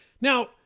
Now